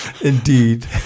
Indeed